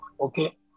Okay